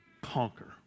conquer